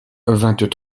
vingt